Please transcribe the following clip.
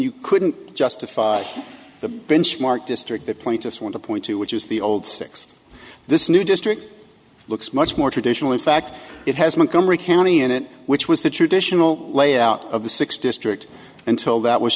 you couldn't justify the benchmark district the plaintiffs want to point to which is the old six this new district looks much more traditional in fact it has montgomery county in it which was the traditional layout of the sixth district until that was